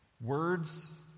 Words